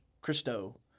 Christo